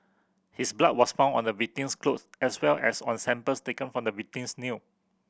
his blood was found on the victim's clothes as well as on samples taken from the victim's nail